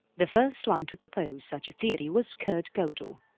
the first one to propose such a theory was kurt godel,